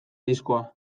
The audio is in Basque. diskoa